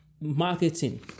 Marketing